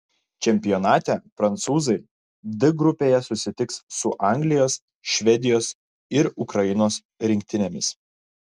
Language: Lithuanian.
čempionate prancūzai d grupėje susitiks su anglijos švedijos ir ukrainos rinktinėmis